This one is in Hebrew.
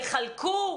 יחלקו?